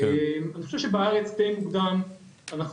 אני חושב שבארץ די מקודם,